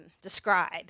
describe